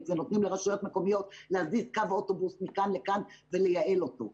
ונותנים לרשויות מקומיות להזיז קו אוטובוס מכאן לכאן ולייעל אותו.